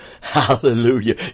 Hallelujah